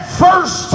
first